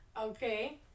Okay